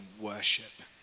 worship